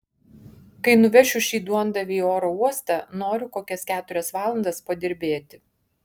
kai nuvešiu šį duondavį į oro uostą noriu kokias keturias valandas padirbėti